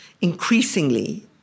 increasingly